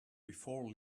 before